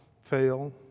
fail